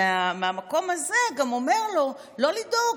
ומהמקום הזה גם אומר לו: לא לדאוג,